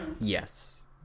Yes